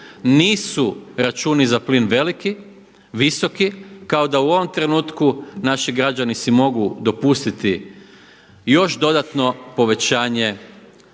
nisu računi za plin visoki, kao da u ovom trenutku naši građani si mogu dopustiti još dodatno povećanje